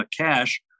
cash